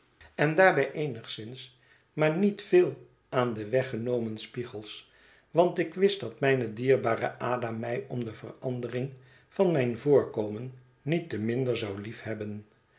en daarbij eenigszins maar niet veel aan de weggenomen spiegels want ik wist dat mijne dierbare ada mij om de verandering van mijn voorkomen niet te minder zou